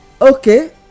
okay